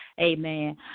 amen